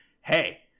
hey